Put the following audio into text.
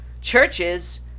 churches